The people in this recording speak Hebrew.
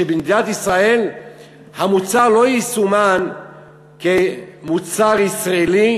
שבמדינת ישראל המוצר לא יסומן כמוצר ישראלי